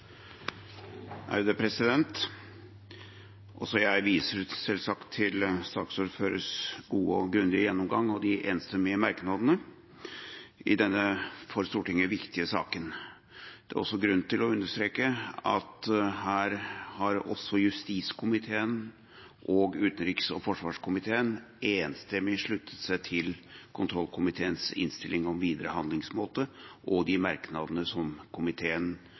Også jeg viser selvsagt til saksordførerens gode og grundige gjennomgang og de enstemmige merknadene i denne for Stortinget viktige saken. Det er grunn til å understreke at justiskomiteen og også utenriks- og forsvarskomiteen enstemmig har sluttet seg til kontrollkomiteens innstilling om videre handlingsmåte og de merknadene som komiteen